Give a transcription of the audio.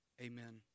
Amen